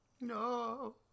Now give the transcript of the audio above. No